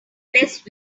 best